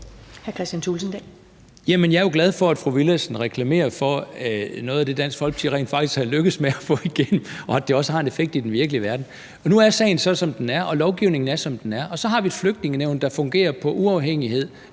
jeg er jo glad for, at fru Mai Villadsen reklamerer for noget af det, Dansk Folkeparti rent faktisk er lykkedes med at få igennem, og at det også har en effekt i den virkelige verden. Nu er sagen så, som den er, og lovgivningen er, som den er, og så har vi et flygtningenævn, der fungerer på uafhængighed